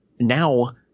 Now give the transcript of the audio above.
now